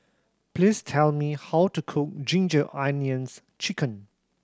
please tell me how to cook Ginger Onions Chicken